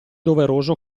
doveroso